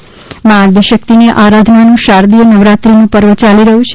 નવરાત્રિ મા આદ્યશક્તિની આરાધનાનું શારદીય નવરાત્રિનું પર્વ ચાલી રહ્યું છે